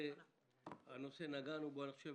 נגענו בנושא